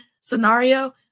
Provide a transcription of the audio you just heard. scenario